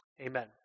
Amen